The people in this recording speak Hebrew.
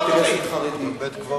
מי ניפץ בית-כנסת חרדי?